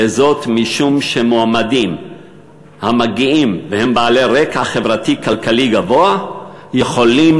וזאת משום שמועמדים בעלי רקע חברתי-כלכלי גבוה יכולים